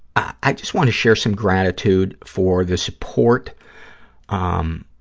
i just want to share some gratitude for the support ah um